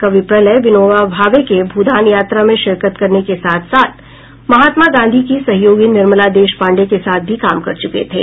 कवि प्रलय विनोवा भावे के भूदान यात्रा में शिरकत करने के साथ साथ महात्मा गांधी की सहयोगी निर्मला देश पांडेय के साथ भी काम कर चुके थे